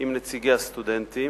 עם נציגי הסטודנטים,